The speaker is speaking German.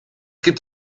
gibt